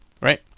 right